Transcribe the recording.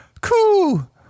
Cool